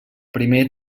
primer